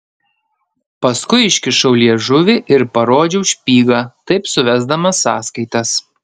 paskui iškišau liežuvį ir parodžiau špygą taip suvesdamas sąskaitas